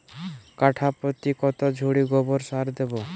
কাঠাপ্রতি কত ঝুড়ি গোবর সার দেবো?